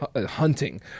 hunting